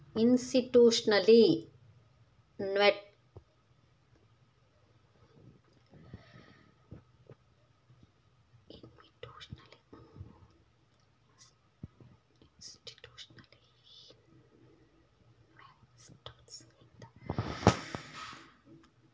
Institutional investors ಇಂದಾ ನಾವು ಯಾವಾಗ್ ಸಹಾಯಾ ತಗೊಬೇಕು?